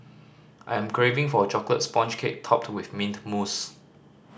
I am craving for a chocolate sponge cake topped with mint mousse